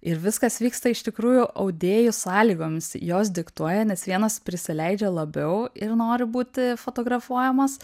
ir viskas vyksta iš tikrųjų audėjų sąlygomis jos diktuoja nes vienos prisileidžia labiau ir nori būti fotografuojamos